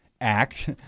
act